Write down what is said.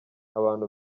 abantu